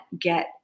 get